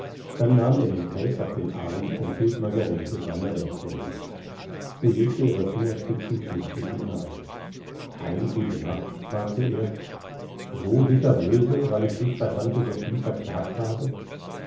dann nahm er den pelz auf den arm und hielt margarete seine rechte hin sie legte ihre fingerspitzen flüchtig hinein kein gutenacht fragte er so bitterböse weil ich dich bei tante sophie verklagt habe